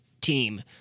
team